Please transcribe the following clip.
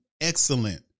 excellent